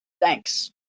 Thanks